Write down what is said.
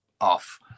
off